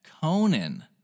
Conan